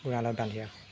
গঁড়ালত বান্ধি ৰাখো